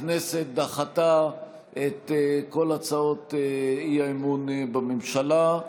הכנסת דחתה את כל הצעות האי-אמון בממשלה.